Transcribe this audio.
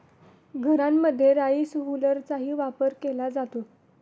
घरांमध्ये राईस हुलरचाही वापर केला जातो